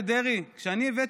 שינוי חוקה